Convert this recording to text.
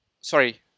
Sorry